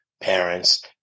parents